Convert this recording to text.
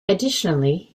additionally